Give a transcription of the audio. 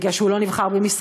מפני שהוא לא נבחר במכרז.